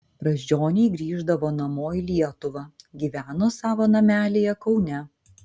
brazdžioniai grįždavo namo į lietuvą gyveno savo namelyje kaune